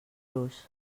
los